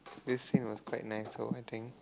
this scene was quite nice so I think